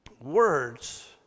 words